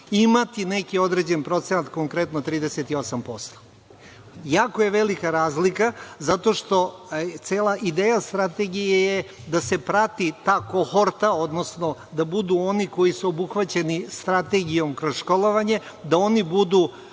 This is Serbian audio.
imati neki određeni procenat, konkretno 38%.Jako je velika razlika, zato što cela ideja strategije je da se prati ta kohorta, odnosno da budu oni koji su obuhvaćeni strategijom kroz školovanje, da oni budu